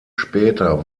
später